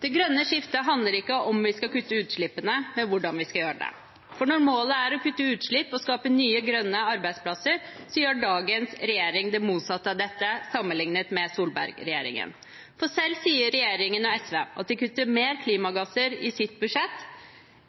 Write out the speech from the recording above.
Det grønne skiftet handler ikke om hvorvidt vi skal kutte utslippene, men hvordan vi skal gjøre det. Når målet er å kutte utslipp og skape nye grønne arbeidsplasser, gjør dagens regjering det motsatte av dette sammenlignet med Solberg-regjeringen. Selv sier regjeringen og SV at de kutter mer klimagasser i sitt budsjett